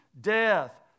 death